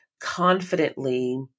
confidently